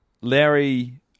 Larry